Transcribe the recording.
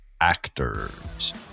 actors